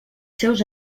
seus